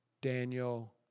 Daniel